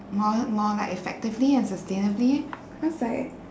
more more like effectively and sustainably cause like